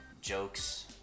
jokes